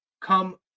Come